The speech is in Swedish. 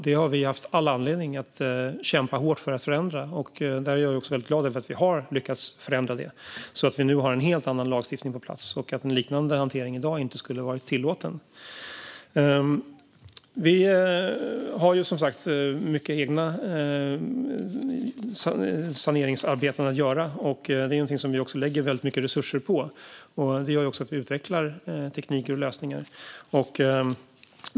Det har vi haft all anledning att kämpa hårt för att förändra, och jag är väldigt glad över att vi har lyckats förändra det så att vi nu har en helt annan lagstiftning på plats. I dag skulle en liknande hantering inte vara tillåten. Vi har som sagt många egna saneringsarbeten att göra. Det är också något som vi lägger mycket resurser på, och det gör att vi utvecklar tekniker och lösningar.